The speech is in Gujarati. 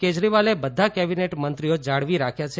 કેજરીવાલે બધા કેબિનેટ મંત્રીઓ જાળવી રાખ્યા છે